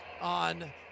on